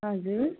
हजुर